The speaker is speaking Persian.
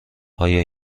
آیا